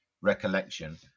recollection